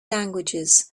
languages